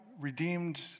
redeemed